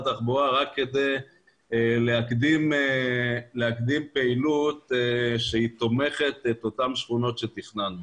התחבורה רק כדי להקדים פעילות שהיא תומכת את אותן שכונות שתכננו.